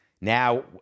Now